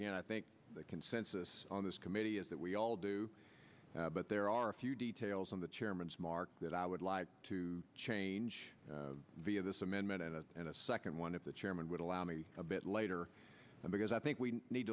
again i think the consensus on this committee is that we all do but there are a few details on the chairman's mark that i would like to change via this amendment and a second one if the chairman would allow me a bit later on because i think we need